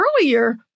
earlier